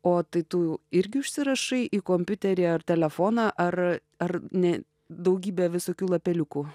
o tai tu irgi užsirašai į kompiuterį ar telefoną ar ar ne daugybę visokių lapeliukų